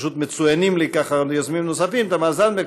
פשוט מצוינים לי יוזמים נוספים: תמר זנדברג,